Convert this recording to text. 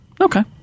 Okay